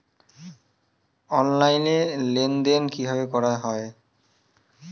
Online লেনদেন কিভাবে করা হয়?